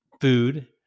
food